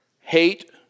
Hate